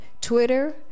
Twitter